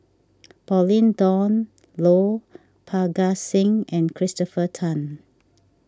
Pauline Dawn Loh Parga Singh and Christopher Tan